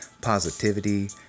positivity